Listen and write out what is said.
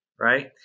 right